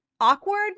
awkward